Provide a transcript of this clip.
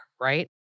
right